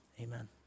amen